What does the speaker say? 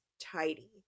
tidy